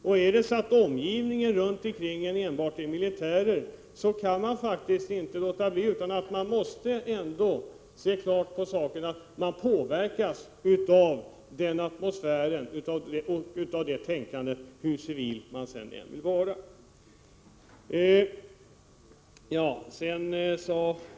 Om man i sin omgivning enbart har militärer, kan man faktiskt inte låta bli att påverkas av deras atmosfär och deras tänkande, hur civil man än vill vara.